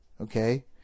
Okay